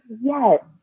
yes